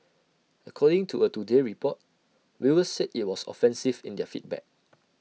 according to A today Report viewers said IT was offensive in their feedback